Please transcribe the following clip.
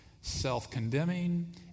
self-condemning